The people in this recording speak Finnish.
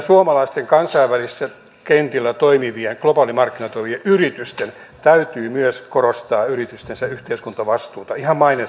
suomalaisten kansainvälisillä kentillä toimivien globaalimarkkinoilla toimivien yritysten täytyy myös korostaa yritystensä yhteiskuntavastuuta ihan maineensa kannalta